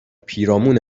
پیرامون